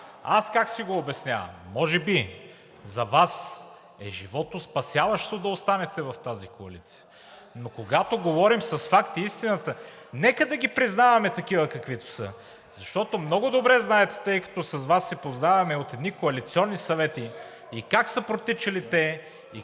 аз как си го обяснявам, може би за Вас е животоспасяващо да останете в тази коалиция, но когато говорим с факти, истината, нека да ги признавате такива, каквито са, защото много добре знаете, тъй като с Вас се познаваме от едни коалиционни съвети и как са протичали те,